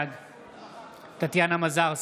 בעד טטיאנה מזרסקי,